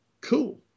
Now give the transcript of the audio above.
Cool